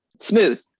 Smooth